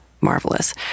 marvelous